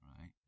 right